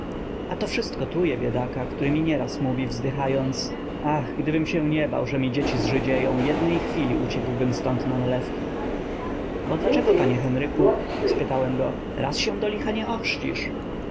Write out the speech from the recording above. a to wszystko truje biedaka który mi nieraz mówi wzdychając ach gdybym się nie bał że mi dzieci zżydzieją jednej chwili uciekłbym ztąd na nalewki bo dlaczego panie henryku spytałem go raz się do licha nie